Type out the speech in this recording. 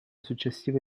successiva